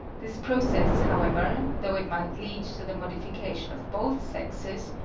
this process, however, though it might lead to the modification of both sexes,